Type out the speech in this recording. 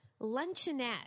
luncheonette